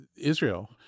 Israel